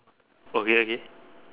okay okay